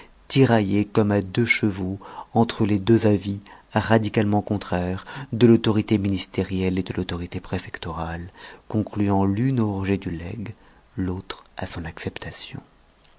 tiraillée comme à deux chevaux entre les deux avis radicalement contraires de l'autorité ministérielle et de l'autorité préfectorale concluant l'une au rejet du legs l'autre à son acceptation